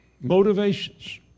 Motivations